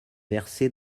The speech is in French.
versé